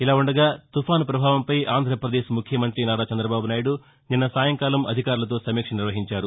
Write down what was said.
ఇలా ఉండగా తుఫాను ప్రభావంపై ఆంధ్రప్రదేశ్ ముఖ్యమంత్రి నారా చంద్రబాబు నాయుడు నిన్న సాయంకాలం అధికారులతో సమీక్ష నిర్వహించారు